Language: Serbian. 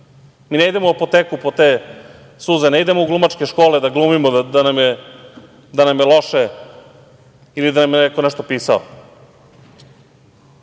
Mi ne idemo u apoteku po te suze, ne idemo u glumačke škole da glumimo da nam je loše ili da nam je neko nešto pisao. Ja